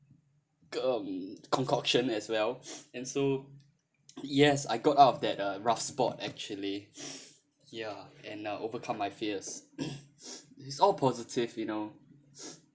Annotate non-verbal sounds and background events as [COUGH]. um concoction as well and so yes I got out of that uh rough spot actually [BREATH] ya and now overcome my fears [COUGHS] is all positive you know [BREATH]